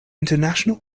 international